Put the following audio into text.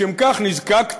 לשם כך נזקקת